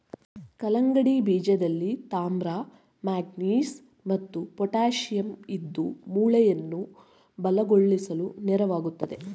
ಕಲ್ಲಂಗಡಿ ಬೀಜದಲ್ಲಿ ತಾಮ್ರ ಮ್ಯಾಂಗನೀಸ್ ಮತ್ತು ಪೊಟ್ಯಾಶಿಯಂ ಇದ್ದು ಮೂಳೆಯನ್ನ ಬಲಗೊಳಿಸ್ಲು ನೆರವಾಗ್ತದೆ